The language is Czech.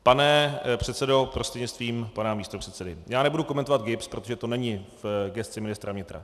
Pane předsedo prostřednictvím pana místopředsedy, já nebudu komentovat GIBS, protože to není v gesci ministra vnitra.